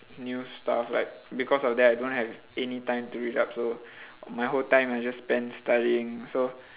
new stuff like because of that I don't have anytime to read up so my whole time I just spend studying so